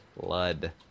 blood